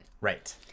Right